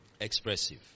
expressive